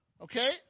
okay